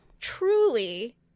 truly